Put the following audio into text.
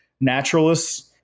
naturalists